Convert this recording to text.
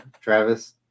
Travis